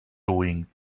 doing